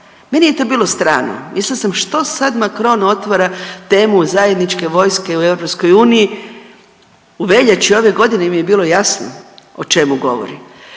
meni je to bilo strano mislila sam što sad Macron otvara temu zajedničke vojske u EU, u veljači ove godine mi je bilo jasno o čemu govori.